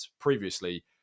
previously